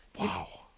Wow